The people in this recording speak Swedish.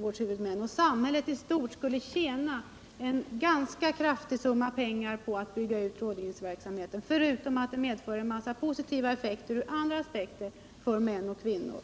verksamheten. Samhället i stort skulle tjäna en ganska kraftig summa pengar på att bygga ut rådgivningsverksamheten, förutom att det medför en massa positiva effekter ur andra aspekter för män och kvinnor.